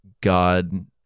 God